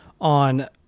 on